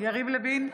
יריב לוין,